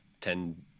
ten